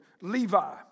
Levi